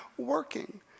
working